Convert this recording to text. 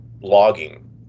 Logging